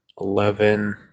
eleven